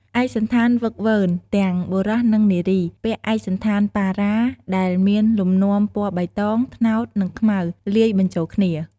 ឯកសណ្ឋានហ្វឹកហ្វឺន ទាំងបុរស និងនារី ពាក់ឯកសណ្ឋានប៉ារ៉ា ដែលមានលំនាំពណ៌បៃតង ត្នោត និងខ្មៅ លាយបញ្ចូលគ្នា។